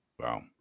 Wow